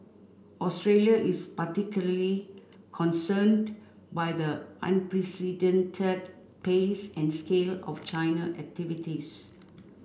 Australia is particularly concerned by the unprecedented pace and scale of China activities